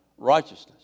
righteousness